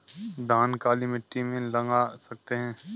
धान काली मिट्टी में लगा सकते हैं?